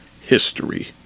history